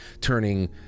turning